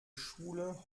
schule